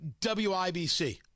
WIBC